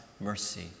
mercy